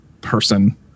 person